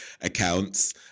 accounts